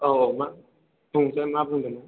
औ औ मा बुंनायसाय मा बुंनो नों